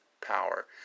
power